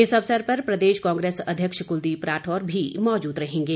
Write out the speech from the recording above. इस अवसर पर प्रदेश कांग्रेस अध्यक्ष कुलदीप राठौर भी मौजूद रहेंगे